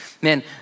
man